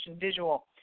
visual